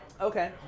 Okay